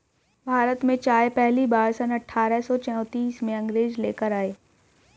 भारत में चाय पहली बार सन अठारह सौ चौतीस में अंग्रेज लेकर आए